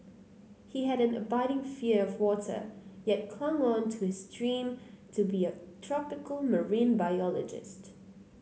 he had an abiding fear of water yet clung on to his dream to be a tropical marine biologist